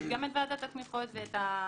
יש גם את ועדת התמיכות ואת המועצה,